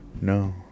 No